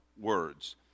words